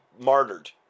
martyred